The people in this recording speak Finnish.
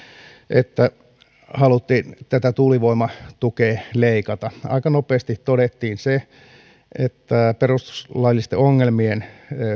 että haluttiin tätä tuulivoimatukea leikata aika nopeasti todettiin että perustuslaillisten ongelmien